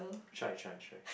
try try try